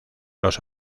los